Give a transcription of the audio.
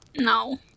No